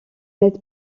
n’êtes